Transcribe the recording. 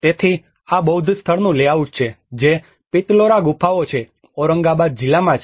તેથી આ બૌદ્ધ સ્થળનું લેઆઉટ છે જે પિત્તલોરા ગુફાઓ છે જે ઓરંગાબાદ જિલ્લામાં છે